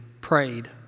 prayed